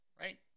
right